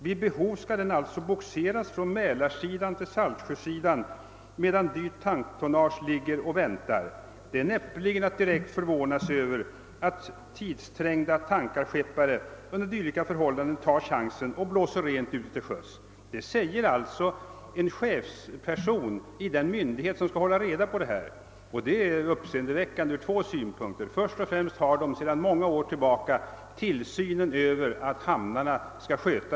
Vid behov skall den alltså bogseras från mälarsidan till saltsjösidan, medan dyrt tanktonnage ligger och väntar. Det är näppeligen att direkt förvåna sig över att tidsträngda tankerskeppare under dylika förhållanden tar chansen och blåser rent ute till sjöss.» Det säger alltså en chefsperson i den myndighet som skall hålla reda på detta. Det är uppseendeväckande från två synpunkter. Först och främst har sjöfartsstyrelsen sedan många år tillbaka tillsynen över att hamnarna sköter saken.